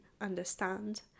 understand